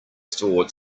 store